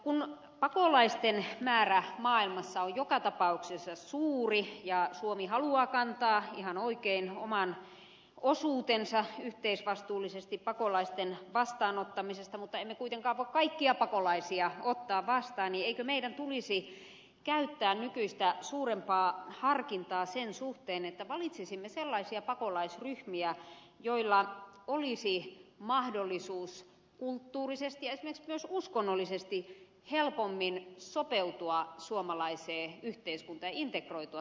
kun pakolaisten määrä maailmassa on joka tapauksessa suuri ja suomi haluaa kantaa ihan oikein oman osuutensa yhteisvastuullisesti pakolaisten vastaanottamisesta mutta emme voi kuitenkaan kaikki pakolaisia ottaa vastaan niin eikö meidän tulisi käyttää nykyistä suurempaa harkintaa sen suhteen että valitsisimme sellaisia pakolaisryhmiä joilla olisi mahdollisuus kulttuurisesti ja esimerkiksi myös uskonnollisesti helpommin sopeutua suomalaiseen yhteiskuntaan ja integroitua tähän suomalaiseen yhteiskuntaan